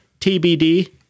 TBD